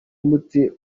mute